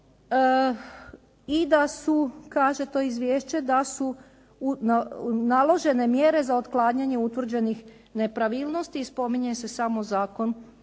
i da su, kaže to izvješće da su naložene mjere za otklanjanje utvrđenih nepravilnosti i spominje se samo zakon